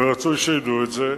ורצוי שידעו מזה.